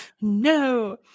No